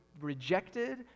rejected